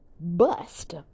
bust